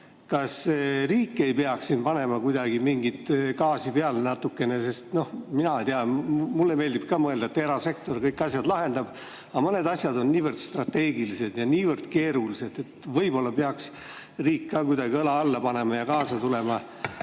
kas riik ei peaks siin panema kuidagi gaasi juurde natukene? Ma ei tea, mulle meeldib ka mõelda, et erasektor kõik asjad lahendab, aga mõned asjad on niivõrd strateegilised ja niivõrd keerulised, et võib-olla peaks riik kuidagi õla alla panema ja kaasa tulema